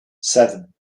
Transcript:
seven